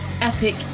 epic